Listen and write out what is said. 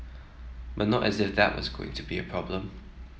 but not as if that was going to be a problem